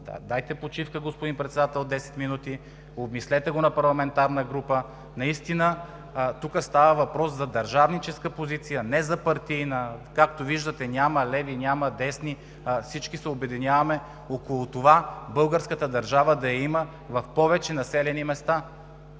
десет минути, господин Председател, обмислете го на парламентарна група. Наистина тук става въпрос за държавническа позиция, а не за партийна. Както виждате, няма леви, няма десни, всички се обединяваме около това българската държава да я има в повече населени места.